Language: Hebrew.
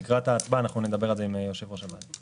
לקראת ההצבעה אנחנו נדבר על זה עם יושב ראש הוועדה.